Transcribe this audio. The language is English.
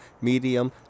medium